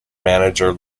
manager